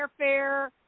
airfare